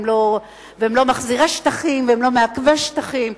והם לא מחזירי שטחים והם לא מעכבי שטחים.